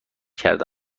کرده